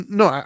no